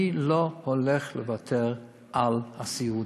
אני לא הולך לוותר על הסיעוד.